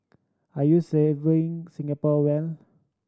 are you serving Singapore well